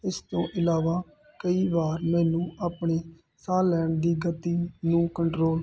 ਇਸ ਤੋਂ ਇਲਾਵਾ ਕਈ ਵਾਰ ਮੈਨੂੰ ਆਪਣੇ ਸਾਹ ਲੈਣ ਦੀ ਗਤੀ ਨੂੰ ਕੰਟਰੋਲ